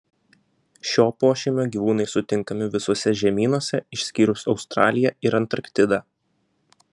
šio pošeimio gyvūnai sutinkami visuose žemynuose išskyrus australiją ir antarktidą